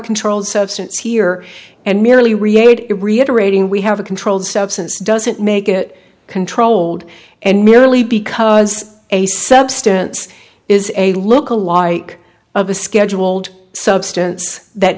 controlled substance here and merely reate it reiterating we have a controlled substance doesn't make it controlled and merely because a substance is a lookalike of a scheduled substance that